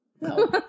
No